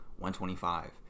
125